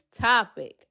topic